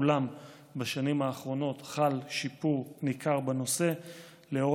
אולם בשנים האחרונות חל שיפור ניכר בנושא לאור